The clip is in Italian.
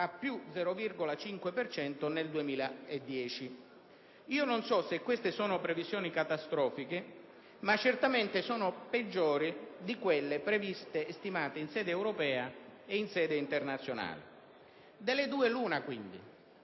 più 0,5 per cento nel 2010. Io non so se queste sono previsioni catastrofiche, ma certamente sono peggiori di quelle stimate in sede europea ed internazionale. Delle due l'una, quindi: